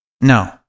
No